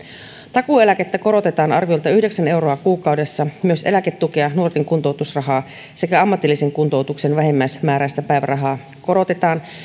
takuueläkettä korotetaan arviolta yhdeksän euroa kuukaudessa myös eläketukea nuorten kuntoutusrahaa sekä ammatillisen kuntoutuksen vähimmäismääräistä päivärahaa korotetaan